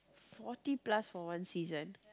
forty plus for one season